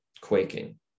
quaking